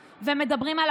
אי-אפשר להפריע כל